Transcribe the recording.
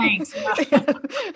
thanks